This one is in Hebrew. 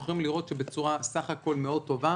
אנחנו יכולים לראות שבצורה מאוד טובה,